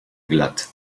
glatt